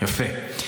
יפה.